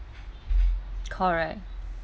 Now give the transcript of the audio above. correct